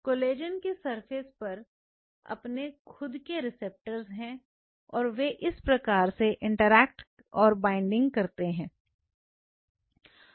collagen के surface पर अपने खुद के रिसेप्टर्स हैं और वे इस प्रकार से इंटरेक्ट और बॉन्डिंग करते हैं